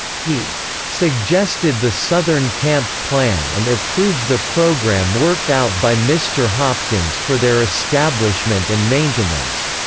he suggested the southern camp plan and approved the program worked out by mr. hopkins for their establishment and maintenance.